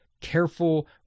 careful